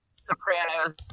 Sopranos